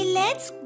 lets